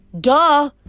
Duh